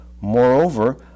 Moreover